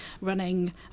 running